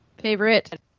Favorite